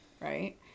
right